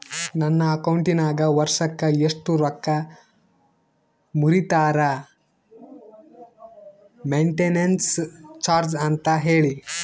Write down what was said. ನನ್ನ ಅಕೌಂಟಿನಾಗ ವರ್ಷಕ್ಕ ಎಷ್ಟು ರೊಕ್ಕ ಮುರಿತಾರ ಮೆಂಟೇನೆನ್ಸ್ ಚಾರ್ಜ್ ಅಂತ ಹೇಳಿ?